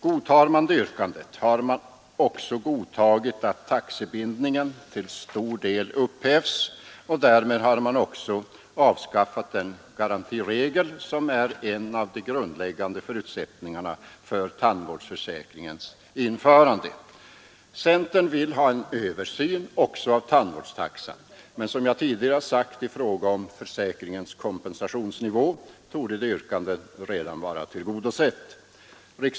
Godtar man det yrkandet har man också godtagit att taxebindningen till stor del upphävs, och därmed har man också avskaffat den garantiregel som är en av de grundläggande förutsättningarna för tandvårdsförsäkringens införande. Centern vill ha en översyn också av tandvårdstaxan. Men som jag tidigare sagt i fråga om försäkringens kompensationsnivå torde det yrkandet redan vara tillgodosett.